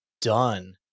done